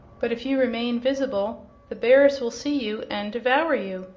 but if you remain visible the bears will see you and devour you,